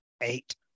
eight